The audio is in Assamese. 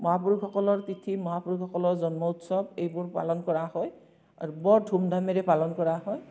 মহাপুৰুষসকলৰ তিথি মহাপুৰুষ সকলৰ জন্মোৎসৱ এইবোৰ পালন কৰা হয় আৰু বৰ ধুমধামেৰে পালন কৰা হয়